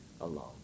alone